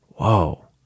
Whoa